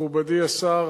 מכובדי השר,